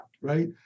right